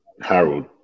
Harold